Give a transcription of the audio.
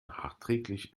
nachträglich